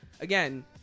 Again